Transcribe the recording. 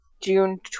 June